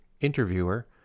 interviewer